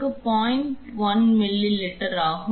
1 millilitre ஆகும்